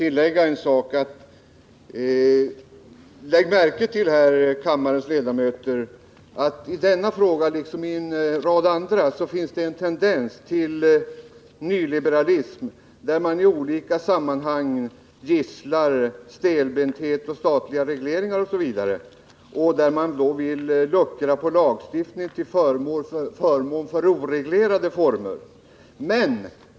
Herr talman! Jag ber kammarens ledamöter lägga märke till att i denna fråga liksom i en rad andra frågor finns en tendens till nyliberalism, där man i olika sammanhang gisslar stelbenthet, statliga regleringar osv. Man vill luckra upp lagstiftningen till förmån för oreglerade former.